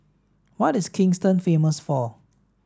what is Kingston famous for